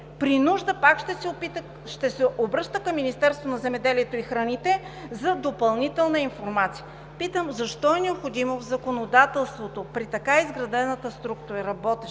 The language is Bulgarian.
при нужда пак ще се обръща към Министерството на земеделието, храните и горите за допълнителна информация. Питам: защо е необходимо в законодателството при така изградената работеща